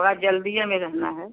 थोड़ा जल्दीए में रहना है